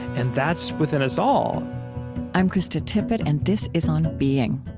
and that's within us all i'm krista tippett, and this is on being